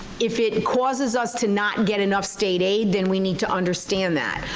if it causes us to not get enough state aid then we need to understand that,